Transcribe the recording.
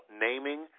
naming